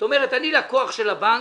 זאת אומרת, אני לקוח של הבנק,